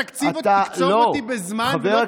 אתה תקצוב בזמן ולא תקצוב אותי באופן הדיבור שלי.